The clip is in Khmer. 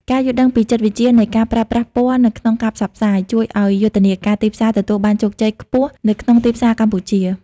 ការយល់ដឹងពីចិត្តវិទ្យានៃការប្រើប្រាស់ពណ៌នៅក្នុងការផ្សព្វផ្សាយ ជួយឱ្យយុទ្ធនាការទីផ្សារទទួលបានជោគជ័យខ្ពស់នៅក្នុងទីផ្សារកម្ពុជា។